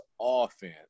offense